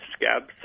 scabs